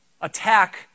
attack